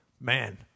man